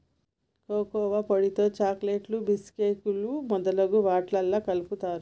cocoa పొడితో చాకోలెట్లు బీషుకేకులు మొదలగు వాట్లల్లా కలుపుతారు